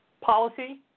policy